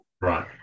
right